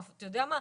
או אתה יודע מה?